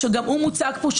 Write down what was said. שגם הוא מוצג פה,